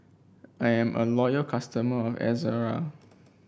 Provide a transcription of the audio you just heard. I'm a loyal customer of Ezerra